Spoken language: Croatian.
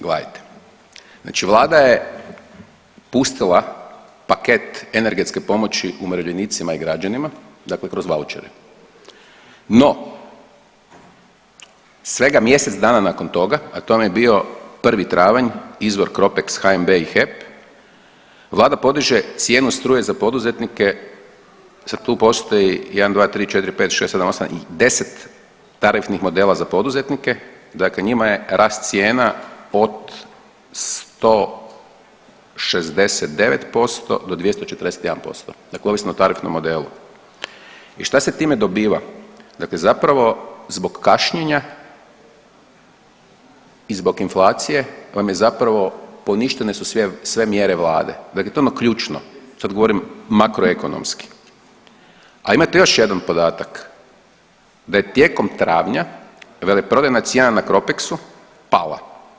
Gledajte, znači vlada je pustila paket energetske pomoći umirovljenicima i građanima, dakle kroz vaučere, no svega mjesec dana nakon toga, a to vam je bio 1. travanj izvor Cropex, HNB i HEP vlada podiže cijenu struje za poduzetnike, sad tu postoji 1, 2, 3, 4, 5, 6, 7, 8 i 10 tarifnih modela za poduzetnike, dakle njima je rast cijena pod 169% do 241%, dakle ovisno o tarifnom modelu i šta se time dobiva, dakle zapravo zbog kašnjenja i zbog inflacije, pa vam je zapravo, poništene su sve mjere vlade… [[Govornik se ne razumije]] ključno, sad govorim makroekonomski, a imate još jedan podatak da je tijekom travnja veleprodajna cijena na CROPEX-u pala.